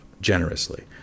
Generously